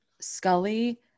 Scully